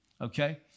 okay